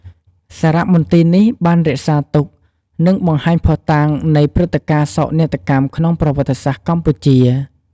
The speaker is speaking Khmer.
សារមន្ទីរនេះបានរក្សាទុក និងបង្ហាញភស្តុតាងនៃព្រឹត្តការណ៍សោកនាដកម្មក្នុងប្រវត្តិសាស្ត្រកម្ពុជា។